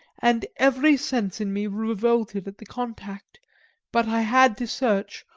and every sense in me revolted at the contact but i had to search,